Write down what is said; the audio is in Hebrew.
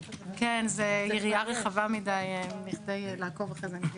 זאת יריעה רחבה מדיי לעקוב אחרי זה, אני מבינה.